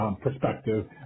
perspective